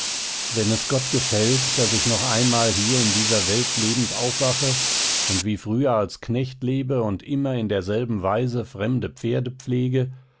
wenn es gott gefällt daß ich noch einmal hier in dieser welt lebend aufwache und wie früher als knecht lebe und immer in derselben weise fremde pferde pflege